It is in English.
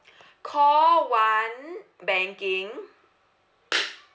call one banking